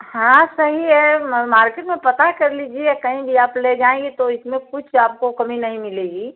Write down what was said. हाँ सही है मार्केट में पता कर लीजिए कहीं भी आप ले जाएँगी तो इसमें कुछ आपको कमी नहीं मिलेगी